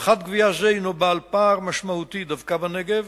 בפחת גבייה זה יש פער משמעותי דווקא בנגב.